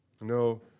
No